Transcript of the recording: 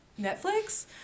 Netflix